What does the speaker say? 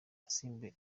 asimbuye